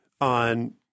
on